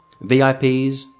VIPs